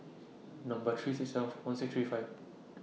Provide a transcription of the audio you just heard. Number three six seven four one six three five